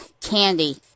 Candy